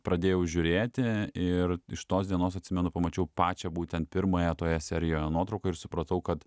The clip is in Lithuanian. pradėjau žiūrėti ir iš tos dienos atsimenu pamačiau pačią būtent pirmąją toje serijoje nuotrauką ir supratau kad